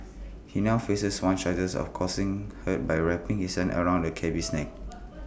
he now faces one charge of causing hurt by wrapping his hands around the cabby's neck